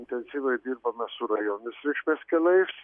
intensyviai dirbame su rajoninės reikšmės keliais